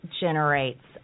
generates